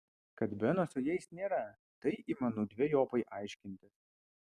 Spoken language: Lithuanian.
kad beno su jais nėra tai įmanu dvejopai aiškintis